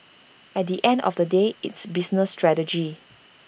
at the end of the day it's business strategy